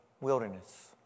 wilderness